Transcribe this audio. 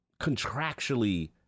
contractually